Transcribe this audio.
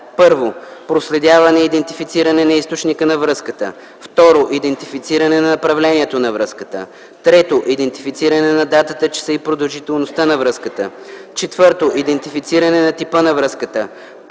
за: 1. проследяване и идентифициране на източника на връзката; 2. идентифициране на направлението на връзката; 3. идентифициране на датата, часа и продължителността на връзката; 4. идентифициране на типа на връзката;